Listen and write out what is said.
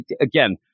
again